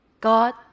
God